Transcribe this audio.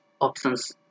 options